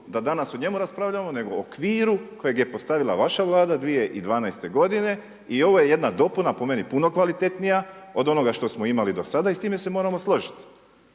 da danas o njemu raspravljamo nego u okviru kojeg je postavila vaš Vlada 2012. godine i ovo je jedna dopuna, po meni puno kvalitetnija od onoga što smo imali do sada i s time se možemo složiti.